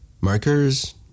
Markers